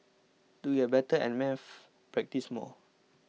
to get better at maths practise more